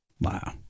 Wow